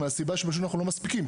מהסיבה שאנחנו פשוט לא מספיקים.